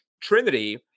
trinity